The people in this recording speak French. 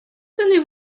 tenez